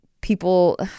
people